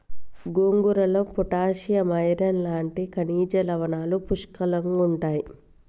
గోంగూరలో potassium, iron లాంటి ఖనిజ లవణాలు పుష్కలంగుంటాయి